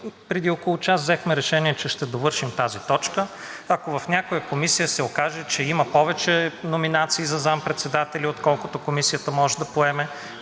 Преди около час взехме решение, че ще довършим тази точка. Ако в някоя комисия се окаже, че има повече номинации за заместник-председатели, отколкото комисията може да поеме,